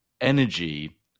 energy